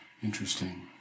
Interesting